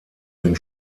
den